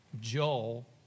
Joel